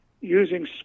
using